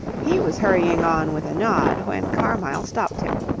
he was hurrying on with a nod, when carmyle stopped him.